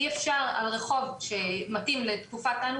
אי אפשר על רחוב שמתאים לתקופת "אנו